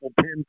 pin